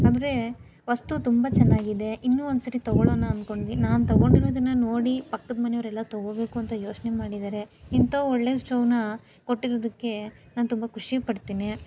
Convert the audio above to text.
ಅಂದರೆ ವಸ್ತು ತುಂಬ ಚೆನ್ನಾಗಿದೆ ಇನ್ನೂ ಒಂದು ಸರಿ ತೊಗೊಳ್ಳೋಣ ಅಂದ್ಕೊಂಡ್ವಿ ನಾನು ತೊಗೊಂಡಿರೋದನ್ನು ನೋಡಿ ಪಕ್ಕದ ಮನೆಯವರೆಲ್ಲ ತೊಗೋಬೇಕು ಅಂತ ಯೋಚನೆ ಮಾಡಿದ್ದಾರೆ ಇಂಥ ಒಳ್ಳೆಯ ಸ್ಟವನ್ನ ಕೊಟ್ಟಿರೋದಕ್ಕೆ ನಾನು ತುಂಬ ಖುಷಿಪಡ್ತೀನಿ